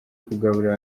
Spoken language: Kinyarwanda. kugaburira